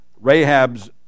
Rahab's